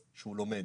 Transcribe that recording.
שהוא לומד.